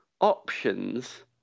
options